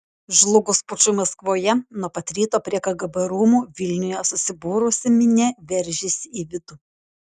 žlugus pučui maskvoje nuo pat ryto prie kgb rūmų vilniuje susibūrusi minia veržėsi į vidų